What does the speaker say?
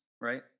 right